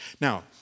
Now